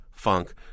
funk